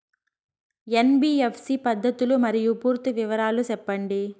NBFC పద్ధతులు మరియు పూర్తి వివరాలు సెప్పండి?